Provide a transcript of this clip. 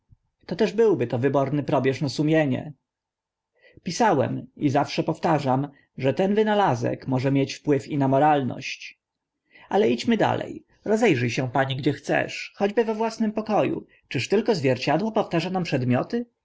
meum toteż byłby to wyborny probierz na sumienia pisałem i zawsze powtarzam że ten wynalazek może mieć wpływ i na moralność ale idźmy dale roze rzy się pani gdzie chcesz choćby we własnym poko u czyż tylko zwierciadło po lustro wtarza tam przedmioty